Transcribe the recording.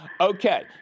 Okay